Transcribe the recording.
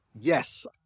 Yes